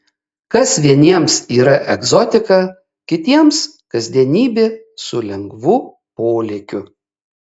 kas vieniems yra egzotika kitiems kasdienybė su lengvu polėkiu